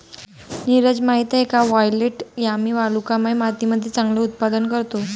नीरज माहित आहे का वायलेट यामी वालुकामय मातीमध्ये चांगले उत्पादन करतो?